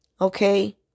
Okay